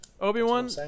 obi-wan